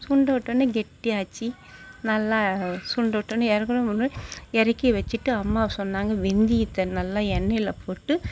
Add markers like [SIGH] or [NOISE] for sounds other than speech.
சுண்டவிட்டோனே கெட்டியாச்சு நல்லா சுண்டவிட்டோனே இறக்குன [UNINTELLIGIBLE] இறக்கி வச்சுட்டு அம்மா சொன்னாங்க வெந்தயத்த நல்லா எண்ணெயில் போட்டு